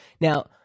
Now